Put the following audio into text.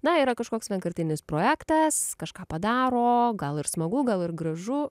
na yra kažkoks vienkartinis projektas kažką padaro gal ir smagu gal ir gražu